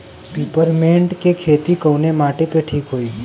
Peppermint के खेती कवने माटी पे ठीक होई?